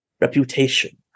reputation